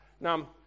Now